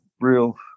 real